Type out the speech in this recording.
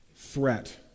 threat